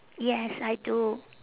yes I do